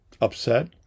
upset